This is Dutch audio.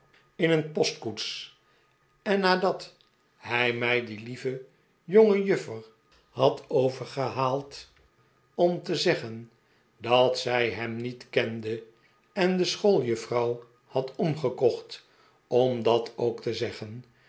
in een postkoets en nadat hij die lieve jongejuffer had overgehaald om te zeggen dat zij hem niet kende en de schooljuffrouw had omgekocht om dat ook te zeggen